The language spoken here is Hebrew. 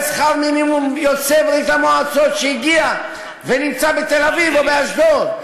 שכר מינימום יוצא ברית-המועצות שהגיע ונמצא בתל-אביב או באשדוד,